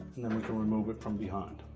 and then we can remove it from behind.